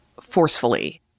forcefully